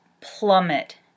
plummet